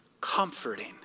comforting